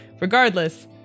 regardless